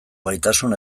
gaitasun